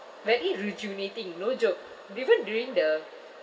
very rejuvenating no joke even during the